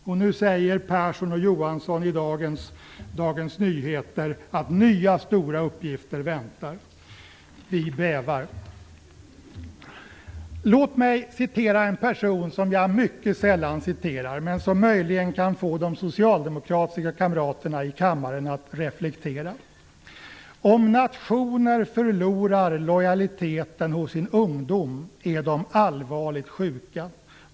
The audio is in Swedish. Och nu säger Persson och Johansson i dagens nummer av Dagens Nyheter att nya, stora uppgifter väntar. Vi bävar. Låt mig citera en person som jag mycket sällan citerar men som möjligen kan få de socialdemokratiska kamraterna i kammaren att reflektera: "Om nationer förlorar lojaliteten hos sin ungdom är de allvarligt sjuka.